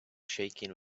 shaking